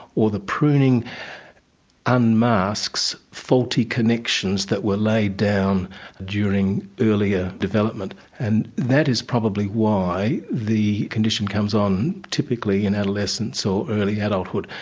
or the pruning unmasks faulty connections that were laid down during earlier development. and that is probably why the condition comes on typically in adolescence or early adulthood,